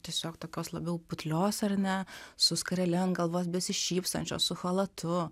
tiesiog tokios labiau putlios ar ne su skarele ant galvos besišypsančios su chalatu